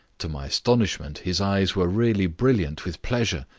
to my astonishment his eyes were really brilliant with pleasure,